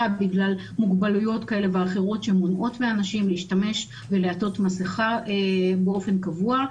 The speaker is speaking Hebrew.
בגלל מוגבלויות כאלה ואחרות שמונעות מאנשים לעטות מסכה באופן קבוע,